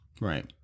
Right